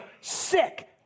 sick